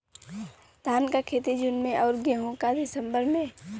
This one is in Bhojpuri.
धान क खेती जून में अउर गेहूँ क दिसंबर में?